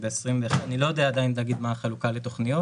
אני לא יודע עדיין להגיד מה החלוקה לתוכניות